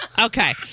Okay